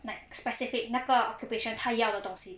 like specific 那个 occupation 她要的东西